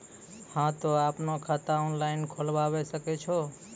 हाँ तोय आपनो खाता ऑनलाइन खोलावे सकै छौ?